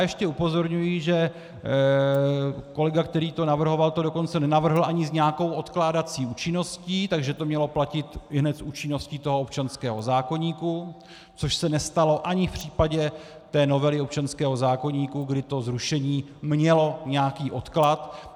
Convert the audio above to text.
Ještě upozorňuji, že kolega, který to navrhoval, to dokonce nenavrhl ani s nějakou odkládací účinností, takže to mělo platit ihned s účinností toho občanského zákoníku, což se nestalo ani v případě té novely občanského zákoníku, kdy to zrušení mělo nějaký odklad.